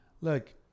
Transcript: Look